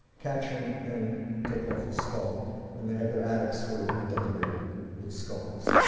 catch him and take off his skull and they had their attics were were decorated with skulls.